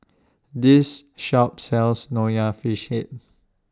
This Shop sells Nonya Fish Head